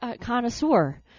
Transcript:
Connoisseur